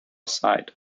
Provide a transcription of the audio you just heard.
side